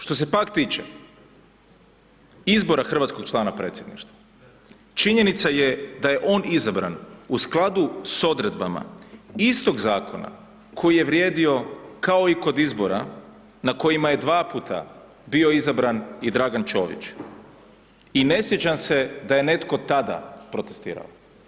Što se pak tiče izbora hrvatskog člana predsjedništva, činjenica je da je on izabran u skladu s odredbama istog zakona, koji je vrijedio kao i kod izbora, na kojima je 2 puta izabran i Dragan Čović i ne sjećam se da je netko tada protestirao.